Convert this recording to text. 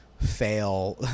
fail